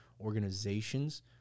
organizations